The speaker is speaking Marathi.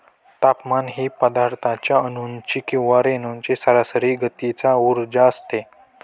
तापमान ही पदार्थाच्या अणूंची किंवा रेणूंची सरासरी गतीचा उर्जा असते